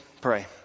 pray